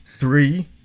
Three